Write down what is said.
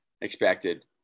expected